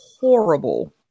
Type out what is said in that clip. horrible